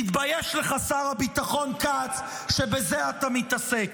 תתבייש לך, שר הביטחון כץ, שבזה אתה מתעסק.